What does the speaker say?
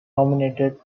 nominated